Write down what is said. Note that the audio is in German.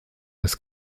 des